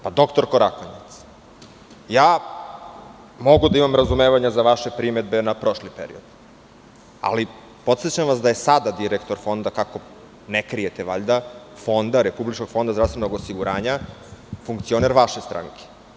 Pa, doktorko Rakonjac ja mogu da imam razumevanja za vaše primedbe na prošli period, ali podsećam vas da je sada direktor fonda, ako ne krijete valjda fonda, Republičkog fonda zdravstvenog osiguranja funkcioner vaše stranke.